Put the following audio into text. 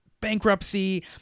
bankruptcy